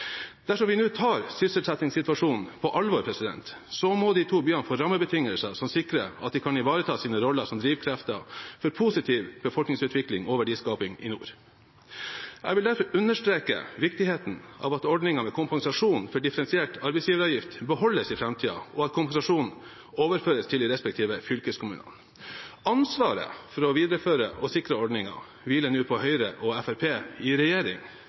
Dersom vi nå tar sysselsettingssituasjonen på alvor, må de to byene få rammebetingelser som sikrer at de kan ivareta sine roller som drivkrefter for positiv befolkningsutvikling og verdiskaping i nord. Jeg vil derfor understreke viktigheten av at ordningen med kompensasjon for differensiert arbeidsgiveravgift beholdes i framtiden, og at kompensasjonen overføres til de respektive fylkeskommunene. Ansvaret for å videreføre og sikre ordningen hviler nå på Høyre og Fremskrittspartiet i regjering.